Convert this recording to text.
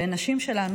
ולנשים שלנו.